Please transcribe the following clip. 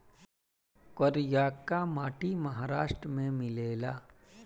करियाका माटी महाराष्ट्र में मिलेला